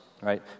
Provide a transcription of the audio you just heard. right